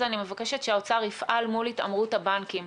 אני מבקשת שהאוצר יפעל מול התעמרות הבנקים.